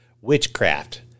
Witchcraft